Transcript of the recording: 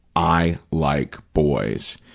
i like boys.